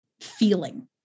feeling